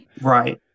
right